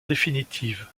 définitive